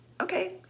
Okay